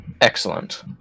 Excellent